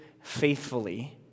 faithfully